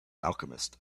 alchemist